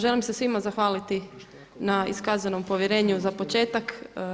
Želim se svima zahvaliti na iskazanom povjerenju za početak.